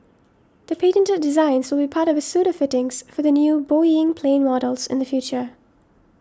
the patented designs will be part of a suite of fittings for the new Boeing plane models in the future